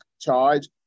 charge